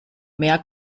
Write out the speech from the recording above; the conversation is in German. mehr